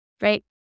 right